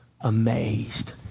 amazed